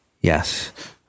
Yes